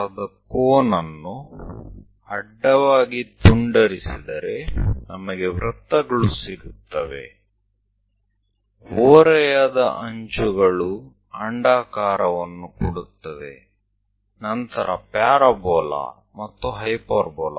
જેવી કે વર્તુળાકાર શંકુમાં એક આડો ટુકડો કરતાં તે આપણને વર્તુળ આપે છે ત્રાંસી કિનારીઓ આપણને ઉપવલય આપે છે વધારામાં પેરાબોલા અને હાયપરબોલા